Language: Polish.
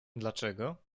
dlaczego